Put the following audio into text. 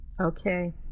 Okay